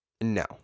No